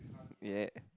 ya